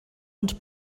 und